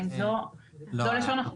האם זו לשון החוק?